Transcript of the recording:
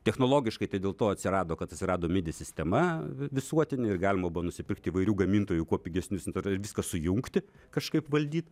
technologiškai tai dėl to atsirado kad atsirado midi sistema vi visuotinė ir galima buvo nusipirkti įvairių gamintojų kuo pigesnius tada viską sujungti kažkaip valdyt